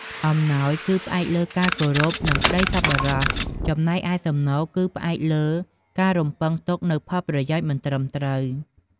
អំណោយ គឺផ្អែកលើការគោរព និងក្ដីសប្បុរស ចំណែកឯសំណូកគឺផ្អែកលើការរំពឹងទុកនូវផលប្រយោជន៍មិនត្រឹមត្រូវ។